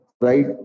right